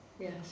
Yes